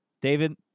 David